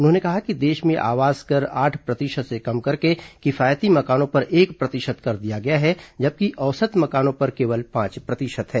उन्होंने कहा कि देश में आवास कर आठ प्रतिशत से कम करके किफायती मकानों पर एक प्रतिशत कर दिया गया है जबकि औसत मकानों पर केवल पांच प्रतिशत है